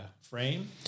frame